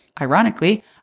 ironically